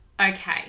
Okay